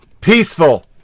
Peaceful